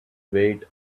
wait